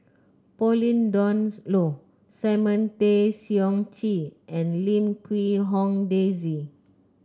Pauline Dawn Loh Simon Tay Seong Chee and Lim Quee Hong Daisy